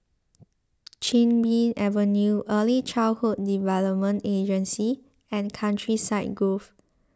Chin Bee Avenue Early Childhood Development Agency and Countryside Grove